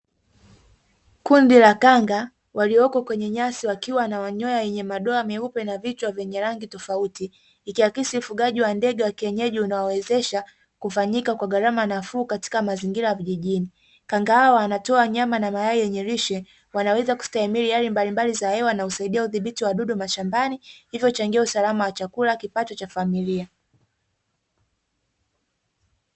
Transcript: Kundi la kanga walioko kwenye nyasi wakiwa na wanyoa yenye madoa meupe na vichwa vyenye rangi tofauti, ikiakisi ufugaji wa ndege wa kienyeji unaowezesha kufanyika kwa gharama nafuu katika mazingira vijiji, kanga hawa wanatoa nyama na mayai yenye lishe, wanaweza kustahimili hali mbali mbali za hewa na usaidizi wa uthibiti wa wadudu mashambani, hivyo huchangia usalama wa chakula, kipato cha familia.